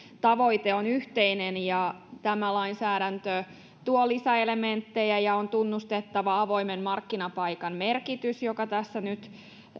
tavoite on yhteinen tämä lainsäädäntö tuo lisäelementtejä ja on tunnustettava avoimen markkinapaikan merkitys se tässä nyt